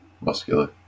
Muscular